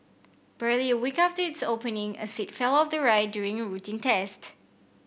barely a week after its opening a seat fell off the ride during a routine test